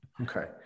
okay